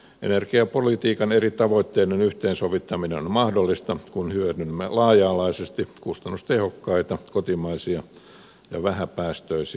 energiapolitiikan eri tavoitteiden yhteensovittaminen on mahdollista kun hyödynnämme laaja alaisesti kustannustehokkaita kotimaisia ja vähäpäästöisiä energianlähteitä